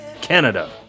Canada